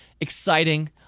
exciting